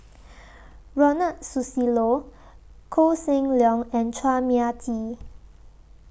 Ronald Susilo Koh Seng Leong and Chua Mia Tee